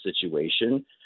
situation